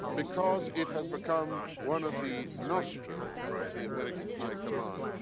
because it has become one of the nostrils of the american high command,